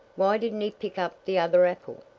why didn't he pick up the other apple?